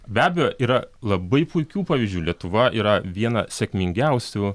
be abejo yra labai puikių pavyzdžių lietuva yra viena sėkmingiausių